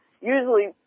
usually